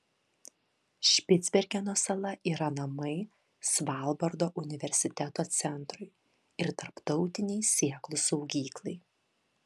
špicbergeno sala yra namai svalbardo universiteto centrui ir tarptautinei sėklų saugyklai